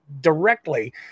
directly